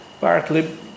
partly